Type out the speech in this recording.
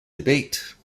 debate